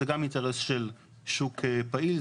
זה גם אינטרס של שוק פעיל,